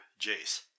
Jace